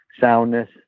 soundness